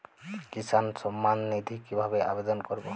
কিষান সম্মাননিধি কিভাবে আবেদন করব?